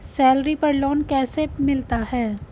Salary पर loan कैसे मिलता है?